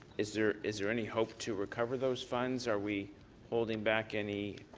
is there is there any hope to recover those funds? are we holding back any